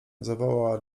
zawołała